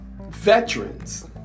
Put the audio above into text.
veterans